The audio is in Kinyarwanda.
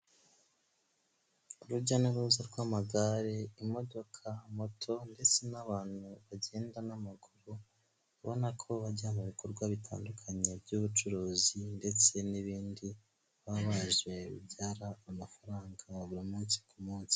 Urujya n'uruza rw'amagare, imodoka, moto ndetse n'abantu bagenda n'amaguru ubona ko bajya mu bikorwa bitandukanye by'ubucuruzi ndetse n'ibindi baba baje bibyara amafaranga buri munsi ku munsi.